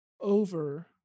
over